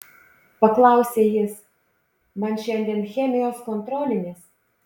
paklausė jis man šiandien chemijos kontrolinis